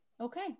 okay